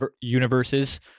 universes